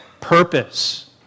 purpose